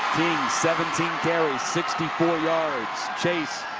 seventeen carries. sixty four yards. chase.